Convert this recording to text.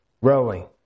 rowing